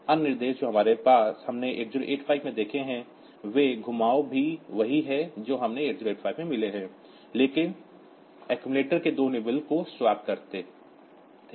अन्य निर्देश जो हमने 8085 में देखे हैं वे घुमाव भी वही हैं जो हमें 8085 में मिले हैं लेकिन अक्सुमुलेटर के दो निबल्स को स्वैप करते थे